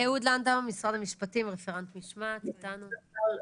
אהוד לנדאו ממשרד המשפטים, רפרנט משמעת, איתנו.